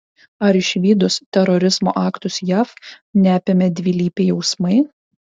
ar išvydus terorizmo aktus jav neapėmė dvilypiai jausmai